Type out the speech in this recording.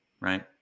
Right